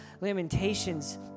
lamentations